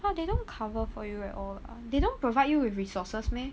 what they don't cover for you at all ah they don't provide you with resources meh